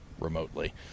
remotely